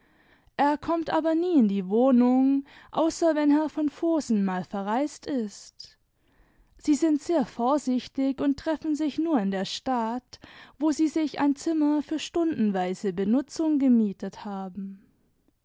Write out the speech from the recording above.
er kommt aber nie in die wohnung außer wenn herr von vohsen mal verreist ist sie sind sehr vorsichtig und treffen sich nur in der stadt wo sie sich ein zimmer für stundenweise benutzvmg gemietet haben